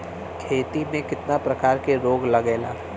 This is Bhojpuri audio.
खेती में कितना प्रकार के रोग लगेला?